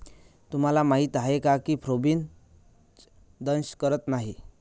तुम्हाला माहीत आहे का की फ्रीबीज दंश करत नाही